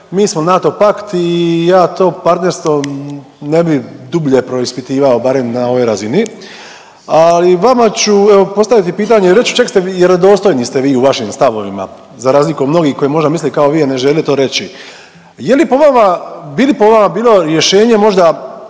mi smo NATO park i ja to partnerstvo ne bi dublje preispitivao, barem na ovoj razini, ali vama ću evo, postaviti pitanje, reći ću, čak ste vjerodostojni ste vi u vašim stavovima, za razliku od mnogih, koji možda misle kao vi, ali ne žele to reći. Je li po vama, bi li po vama bilo rješenje možda